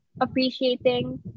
appreciating